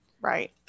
right